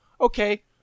Okay